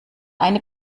eine